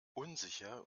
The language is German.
unsicher